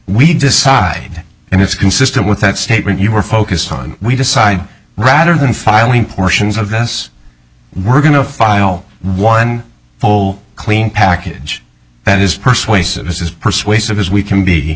we decide and it's consistent with that statement you were focused on we decide rather than filing portions of this we're going to file one full clean package that is persuasive as persuasive as we can be